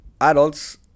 adults